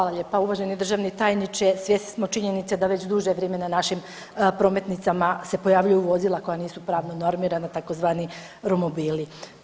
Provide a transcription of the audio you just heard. Hvala lijepa uvaženi državni tajniče, svjesni smo činjenice da već duže vrijeme na našim prometnicama se pojavljuju vozila koja nisu pravno normirana, tzv. romobili.